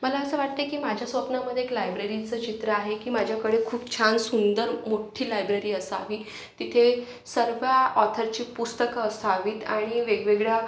मला असं वाटते की माझ्या स्वप्नामध्ये एक लायब्ररीचं चित्र आहे की माझ्याकडे खूप छान सुंदर मोठ्ठी लायब्ररी असावी तिथे सर्व ऑथरची पुस्तकं असावीत आणि वेगवेगळ्या